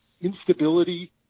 instability